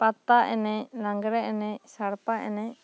ᱯᱟᱛᱟ ᱮᱱᱮᱡ ᱞᱟᱜᱽᱬᱮ ᱮᱱᱮᱡ ᱥᱟᱲᱯᱟ ᱮᱱᱮᱡ